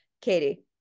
katie